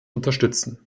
unterstützen